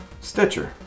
Stitcher